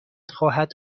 خواهد